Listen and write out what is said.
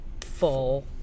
full